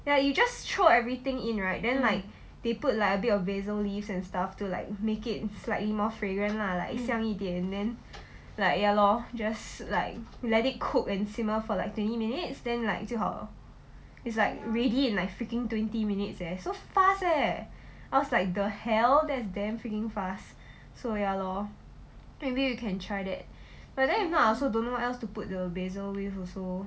ya you just throw everything in right then like they put like a bit of basil leaves and stuff to like make it slightly more fragrant lah like 香一点 then like ya lor just like let it cook and simmer for like twenty minutes then like 就好了 it's like ready in like freaking twenty minutes leh so fast eh I was like the hell that's damn freaking fast so ya lor maybe you can try that but then if not I also don't know where else to put the basil leaves also